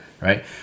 right